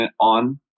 on